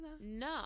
No